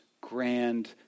grand